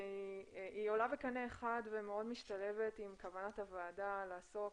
כי היא עולה בקנה אחד ומאוד משתלבת עם כוונת הוועדה לעסוק,